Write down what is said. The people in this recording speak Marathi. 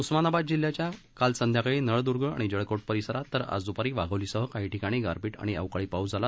उस्मानाबाद जिल्ह्याच्या काल संध्याकाळी नळदुर्ग आणि जळकोट परिसरात तर आज द्पारी वाघोलीसह काही ठिकाणी गारपीट आणि अवकाळी पाऊस झाला